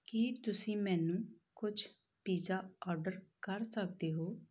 ਕੀ ਤੁਸੀਂ ਮੈਨੂੰ ਕੁਛ ਪੀਜ਼ਾ ਆਰਡਰ ਕਰ ਸਕਦੇ ਹੋ